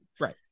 Right